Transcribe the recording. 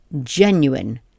genuine